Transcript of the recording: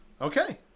Okay